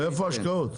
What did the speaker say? ואיפה ההשקעות?